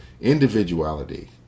individuality